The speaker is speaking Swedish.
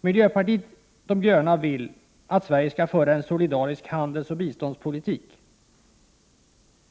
Miljöpartiet de gröna vill att Sverige skall föra en solidarisk handelsoch biståndspolitik.